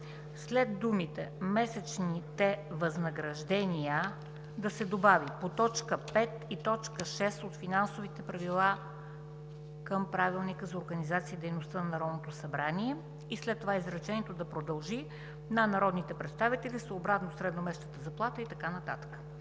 след думите „месечните възнаграждения“ да се добави „по т. 5 и т. 6 от Финансовите правила към Правилника за организацията и дейността на Народното събрание“, след това изречението да продължи „на народните представители, съобразно средномесечната заплата“ и така нататък,